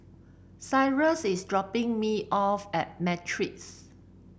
cyrus is dropping me off at Matrix